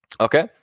Okay